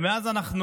ומאז אנחנו